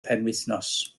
penwythnos